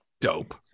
dope